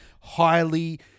highly